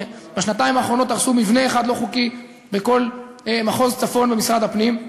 בשנתיים האחרונות הרסו מבנה אחד לא חוקי בכל מחוז הצפון במשרד הפנים,